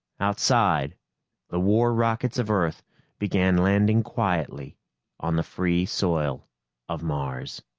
outside the war rockets of earth began landing quietly on the free soil of mars.